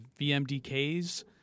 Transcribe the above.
VMDKs